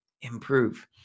improve